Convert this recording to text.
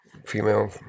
Female